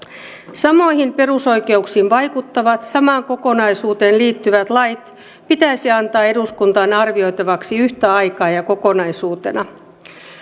samoihin perusoikeuksiin vaikuttavat samaan kokonaisuuteen liittyvät lait pitäisi antaa eduskuntaan arvioitavaksi yhtä aikaa ja kokonaisuutena